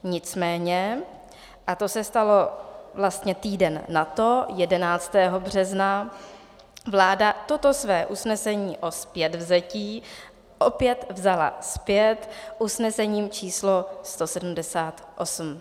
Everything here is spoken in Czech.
Nicméně, a to se stalo vlastně týden nato, 11. března, vláda toto své usnesení o zpětvzetí opět vzala zpět usnesením č. 178.